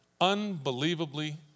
Unbelievably